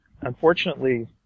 unfortunately